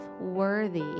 worthy